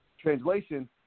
Translation